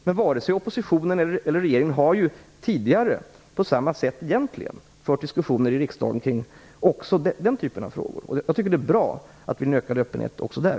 Men varken oppositionen eller regeringen har tidigare egentligen fört diskussioner i riksdagen kring den typen av frågor. Jag tycker att det är bra att det är en ökad öppenhet också där.